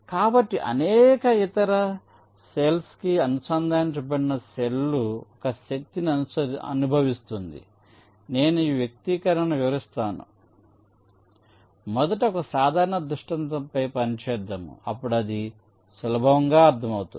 కాబట్టి అనేక ఇతర సెల్స్ కి అనుసంధానించబడిన సెల్లు ఒక శక్తిని అనుభవిస్తుంది నేను ఈ వ్యక్తీకరణను వివరిస్తాను మొదట ఒక సాధారణ దృష్టాంతం పై పని చేద్దాము అప్పుడు అది సులభంగా అర్థమవుతుంది